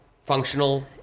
functional